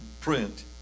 print